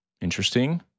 Interesting